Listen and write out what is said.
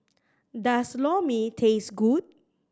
does Lor Mee taste good